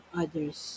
others